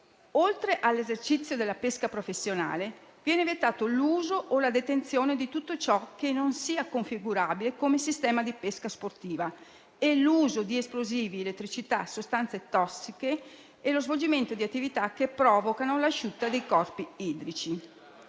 Oltre all'esercizio della pesca professionale, vengono vietati l'uso o la detenzione di tutto ciò che non sia configurabile come sistema di pesca sportiva e l'uso di esplosivi, elettricità e sostanze tossiche, nonché lo svolgimento di attività che provochino l'asciutta dei corpi idrici.